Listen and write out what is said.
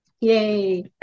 Yay